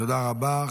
תודה רבה.